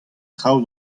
traoù